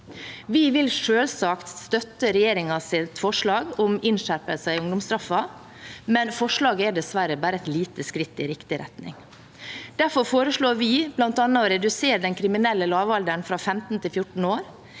Vi vil selvsagt støtte regjeringens forslag om innskjerpelse i ungdomsstraffen, men forslaget er dessverre bare et lite skritt i riktig retning. Derfor foreslår vi bl.a. å redusere den kriminelle lavalderen fra 15 til 14 år,